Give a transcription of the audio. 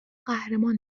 قهرمان